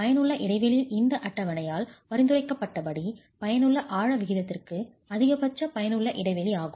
பயனுள்ள இடைவெளியில் இந்த அட்டவணையால் பரிந்துரைக்கப்பட்டபடி பயனுள்ள ஆழ விகிதத்திற்கு அதிகபட்ச பயனுள்ள இடைவெளி ஆகும்